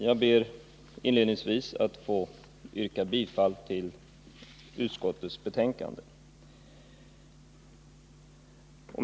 Jag ber inledningsvis att få yrka bifall till utskottets hemställan i betänkandet.